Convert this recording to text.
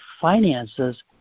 finances